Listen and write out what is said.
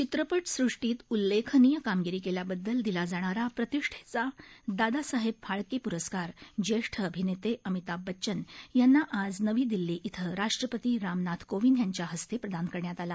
चित्रपट सृष्टीत उल्लेखनीय कामगिरी केल्याबद्दल दिला जाणारा प्रतिष्ठेचा दादासाहेब फाळके पुरस्कार ज्येष्ठ अभिनेते अमिताभ बच्चन यांना आज नवी दिल्ली इथं राष्ट्रपती रामनाथ कोविंद यांच्या हस्ते प्रदान करण्यात आला